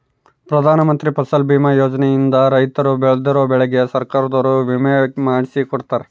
ಪ್ರಧಾನ ಮಂತ್ರಿ ಫಸಲ್ ಬಿಮಾ ಯೋಜನೆ ಇಂದ ರೈತರು ಬೆಳ್ದಿರೋ ಬೆಳೆಗೆ ಸರ್ಕಾರದೊರು ವಿಮೆ ಮಾಡ್ಸಿ ಕೊಡ್ತಾರ